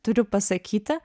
turiu pasakyti